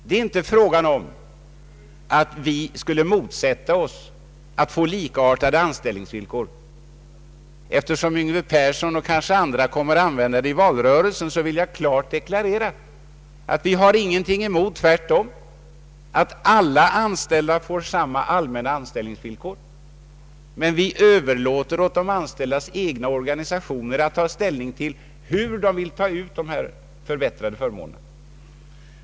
Det är inte fråga om att vi skulle motsätta oss likartade anställningsvillkor. Eftersom herr Yngve Persson och kanske även andra kommer att använda detta i valrörelsen, vill jag klart dekla rera att vi inte har någonting emot — tvärtom — att alla anställda får samma allmänna anställningsvillkor. Men vi överlåter åt de anställdas egna organisationer att ta ställning till hur de skall ta ut dessa förbättrade förmåner.